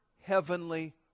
heavenly